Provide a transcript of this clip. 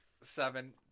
seven